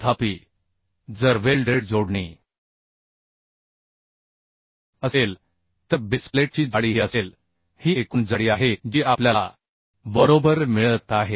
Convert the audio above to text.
तथापि जर वेल्डेड जोडणी असेल तर बेस प्लेटची जाडी ही असेल ही एकूण जाडी आहे जी आपल्याला बरोबर मिळत आहे